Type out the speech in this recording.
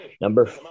Number